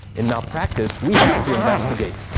in malpractice, we have to investigate.